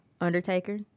Undertaker